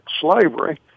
slavery